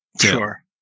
Sure